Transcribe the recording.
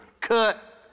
cut